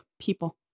people